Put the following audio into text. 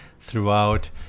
throughout